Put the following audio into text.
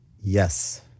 Yes